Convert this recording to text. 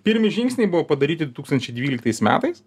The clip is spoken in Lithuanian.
pirmi žingsniai buvo padaryti du tūkstančiai dvyliktais metais